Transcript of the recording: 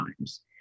times